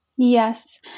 Yes